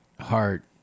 heart